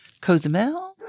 Cozumel